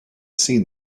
seen